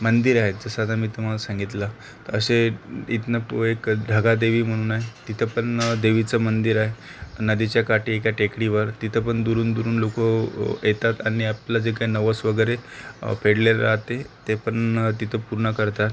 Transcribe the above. मंदिर आहेत जसं आता मी तुम्हाला सांगितलं असे इथनं तो एक ढगादेवी म्हणून आहे तिथं पण देवीचं मंदिर आहे नदीच्या काठी एका टेकडीवर तिथं पण दुरून दुरून लोकं येतात आणि आपलं जे काही नवस वगैरे फेडले जाते ते पण तिथं पूर्ण करतात